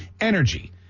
energy